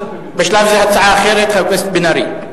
הצעה אחרת, חבר הכנסת בן-ארי.